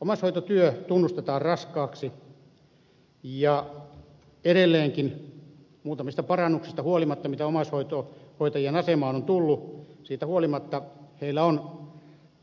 omaishoitotyö tunnustetaan raskaaksi ja edelleenkin muutamista parannuksista huolimatta mitä omaishoitajien asemaan on tullut heillä on